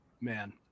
Man